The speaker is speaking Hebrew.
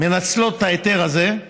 מנצלות את ההיתר הזה,